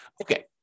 Okay